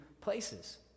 places